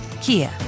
Kia